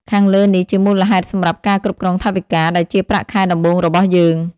ខាងលើនេះជាមូលហេតុសម្រាប់ការគ្រប់គ្រងថវិកា ដែលជាប្រាក់ខែដំបូងរបស់យើង។